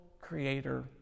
creator